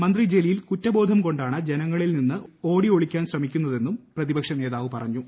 മന്ത്രി ജലീൽ കുറ്റബോധം കൊണ്ടാണ് ജനങ്ങളിൽ നിന്ന് ഓടിയൊളിക്കാൻ ശ്രമിക്കുന്നതെന്നും പ്രതിപക്ഷനേതാവ് പറഞ്ഞു